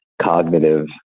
cognitive